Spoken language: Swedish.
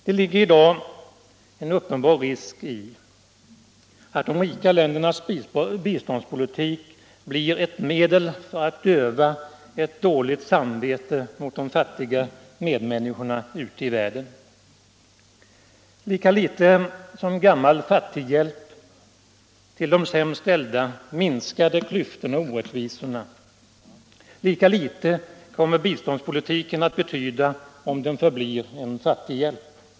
Det ligger i dag en uppenbar risk i att de rika ländernas biståndspolitik blir ett medel för att döva ett dåligt samvete gentemot de fattiga medmänniskorna ute i världen. Lika litet som gammal fattighjälp till de sämst ställda minskade klyftorna och orättvisorna, lika litet kommer biståndspolitiken att betyda om den förblir en fattighjälp.